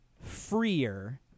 freer